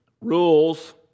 rules